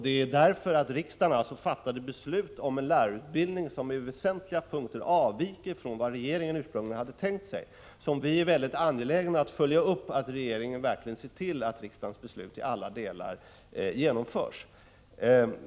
Det är på grund av att riksdagen fattade beslut om en lärarutbildning som på väsentliga punkter avviker från vad regeringen ursprungligen hade tänkt sig som vi är mycket angelägna om att följa upp att regeringen verkligen ser till att riksdagens beslut i alla delar genomförs.